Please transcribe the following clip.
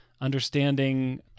understanding